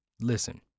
listen